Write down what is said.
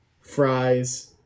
fries